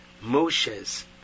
Moshe's